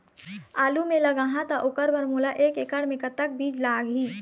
आलू मे लगाहा त ओकर बर मोला एक एकड़ खेत मे कतक बीज लाग ही?